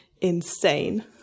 insane